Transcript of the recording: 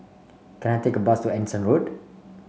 can I take a bus to Anson Road